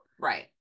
right